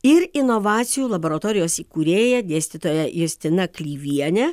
ir inovacijų laboratorijos įkūrėja dėstytoja justina klyvienė